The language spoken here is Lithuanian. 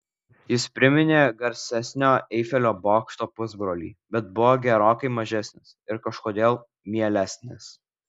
jis priminė garsesnio eifelio bokšto pusbrolį bet buvo gerokai mažesnis ir kažkodėl mielesnis